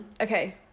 Okay